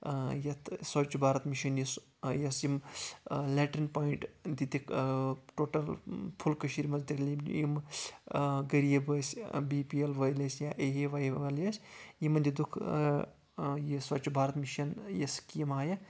یَتھ سۄوچ بھارت مِشن یُس یۄس یِم لیٹرِن پوینٛٹ دِتِکھ ٹوٹل فُل کٔشیٖر منٛز تٔرۍ یِم غریٖب ٲسۍ بی پی ایل وٲلۍ ٲسۍ یا اے اے وے وٲلۍ ٲسۍ یِمن دِتُکھ یہِ سۄوچ بھارَت مِشن یہِ سکیٖم آیہِ